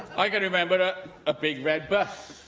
i can remember a big red bus